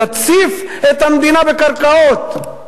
"נציף את המדינה בקרקעות".